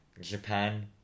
Japan